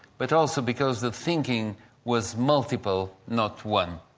but also because the thinking was multiple, not one.